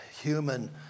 human